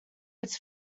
its